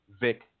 Vic